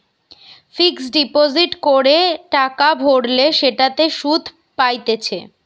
fixed deposit করে টাকা ভরলে সেটাতে সুধ পাইতেছে